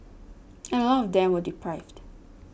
and a lot of them were deprived